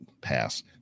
pass